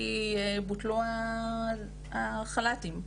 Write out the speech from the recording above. כי בוטלו החל"תים.